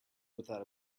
without